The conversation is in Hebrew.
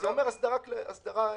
הסדרה כללית.